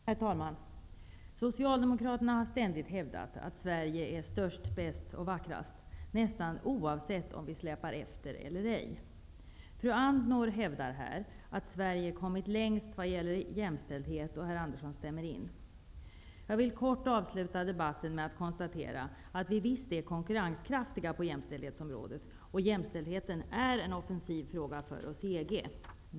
Herr talman! Socialdemokraterna har ständigt hävdat att Sverige är störst, bäst och vackrast, oavsett om vi släpar efter eller ej. Fru Andnor hävdar här att Sverige kommit längst vad gäller jämställdhet och herr Andersson stämmer in. Jag vill kort avsluta debatten med att konstatera att vi visst är konkurrenskraftiga på jämställdhetsområdet. Jämställdheten är en offensiv fråga för oss i EG.